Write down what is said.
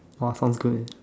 !wah! found two already